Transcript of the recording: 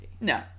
No